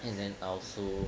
and then I also